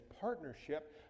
partnership